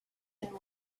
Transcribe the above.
and